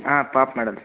ಹಾಂ ಪಾಪ ಮಾಡೋದು